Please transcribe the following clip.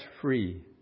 free